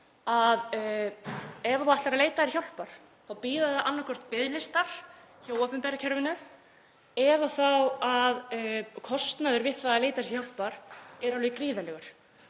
ef þú ætlar að leita hjálpar þá bíða þín annaðhvort biðlistar hjá opinbera kerfinu eða þá að kostnaður við að leita sér hjálpar er alveg gríðarlegur.